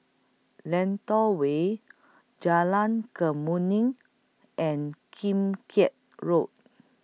Lentor Way Jalan Kemuning and Kim Keat Road